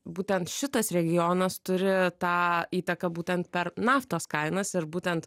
būtent šitas regionas turi tą įtaką būtent per naftos kainas ir būtent